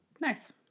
Nice